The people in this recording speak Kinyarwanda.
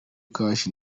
cash